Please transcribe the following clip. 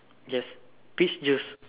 yes peach juice